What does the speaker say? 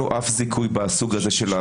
שיש לו משימות נוספות.